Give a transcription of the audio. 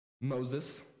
Moses